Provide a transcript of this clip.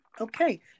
Okay